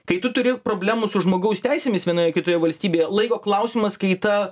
kai tu turi problemų su žmogaus teisėmis vienoje kitoje valstybėje laiko klausimas kai ta